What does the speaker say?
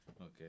Okay